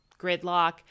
gridlock